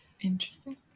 Interesting